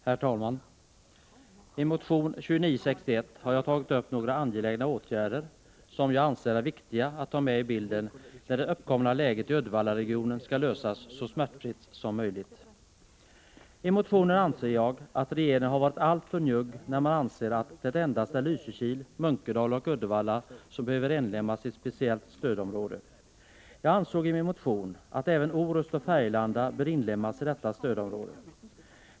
Herr talman! I motion 2961 har jag tagit upp några åtgärder som jag anser viktiga att ha med i bilden när det uppkomna läget i Uddevallaregionen skall bemästras så smärtfritt som möjligt. I motionen hävdar jag att regeringen har varit alltför njugg när den ansett att endast Lysekil, Munkedal och Uddevalla behöver inlemmas i ett speciellt stödområde. Jag anför i min motion att även Orust och Färgelanda bör ingå i detta område.